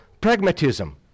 Pragmatism